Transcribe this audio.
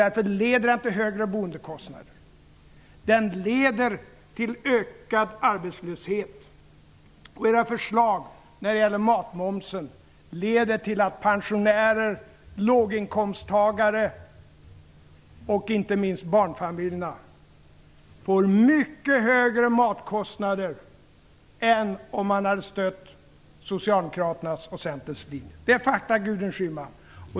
Därför leder den till högre boendekostnader och till ökad arbetslöshet, och era förslag när det gäller matmomsen leder till att pensionärerna, låginkomsttagarna och inte minst barnfamiljerna får mycket högre matkostnader än om man hade stött Socialdemokraternas och Centerns linje. Det är fakta, Gudrun Schyman.